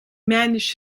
manage